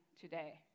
today